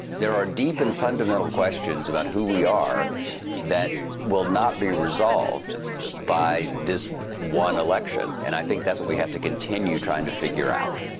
there are deep and fundamental questions about who we are that will not be resolved by this one election. and i think that's what we have to continue trying to figure out.